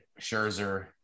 scherzer